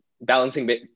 balancing